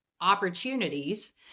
opportunities